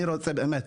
אני רוצה באמת,